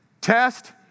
Test